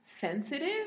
sensitive